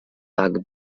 tak